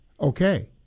okay